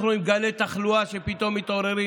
אנחנו רואים עם גלי תחלואה שפתאום מתעוררים.